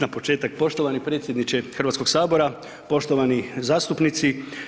na početak, poštovani predsjedniče HS-a, poštovani zastupnici.